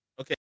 Okay